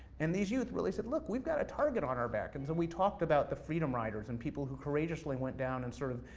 and these youth really said look, we've got a target on our back. and so we talked about the freedom writers, and people who courageously went down and sort of,